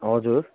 हजुर